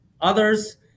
others